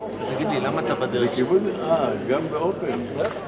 כמו שאמר מורנו ורבנו דוד לוי.